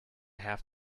have